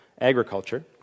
agriculture